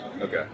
Okay